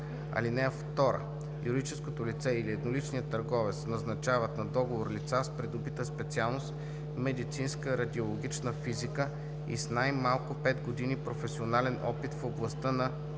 ал. 1. (2) Юридическото лице или едноличният търговец назначават на договор лица с придобита специалност „Медицинска радиологична физика“ и с най-малко 5 години професионален опит в областта на